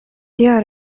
tia